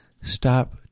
stop